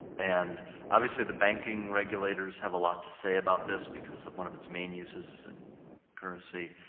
and obviously, the banking regulators have a lot to say about this, because of one of its main uses is in currency,